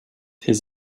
his